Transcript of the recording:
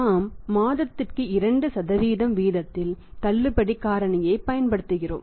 நாம் மாதத்திற்கு 2 வீதத்தில் தள்ளுபடி காரணியை பயன்படுத்துகிறோம்